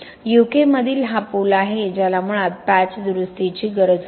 UK मधील हा पूल आहे ज्याला मुळात पॅच दुरुस्तीची गरज होती